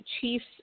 Chiefs